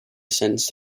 sentenced